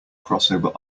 crossover